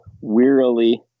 wearily